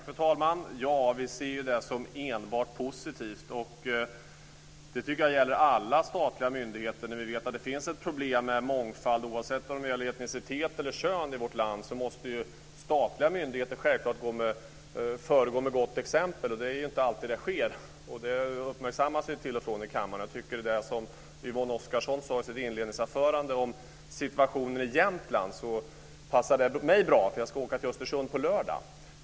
Fru talman! Vi ser det som enbart positivt. Det gäller alla statliga myndigheter. Vi vet att det finns ett problem med mångfald oavsett etnicitet eller kön i vårt land. Statliga myndigheter måste självklart föregå med gott exempel. Det är inte alltid det sker. Det uppmärksammas till och från i kammaren. Det som Yvonne Oscarsson sade i sitt inledningsanförande om situationen i Jämtland passar mig bra. Jag ska åka till Östersund på lördag.